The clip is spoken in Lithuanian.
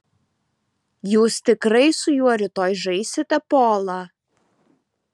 jūs tikrai su juo rytoj žaisite polą